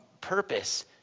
purpose